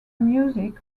music